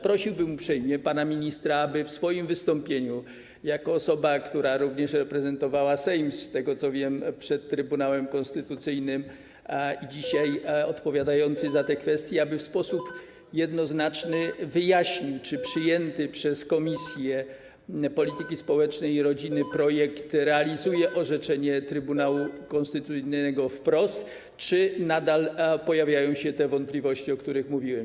Prosiłbym uprzejmie pana ministra, aby w swoim wystąpieniu jako osoba, która również reprezentowała Sejm, z tego, co wiem, przed Trybunałem Konstytucyjnym i która dzisiaj odpowiada za te kwestie, w sposób jednoznaczny wyjaśnił, czy przyjęty przez Komisję Polityki Społecznej i Rodziny projekt realizuje orzeczenie Trybunału Konstytucyjnego wprost, czy nadal pojawiają się te wątpliwości, o których mówiłem.